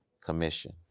commission